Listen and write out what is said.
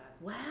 Wow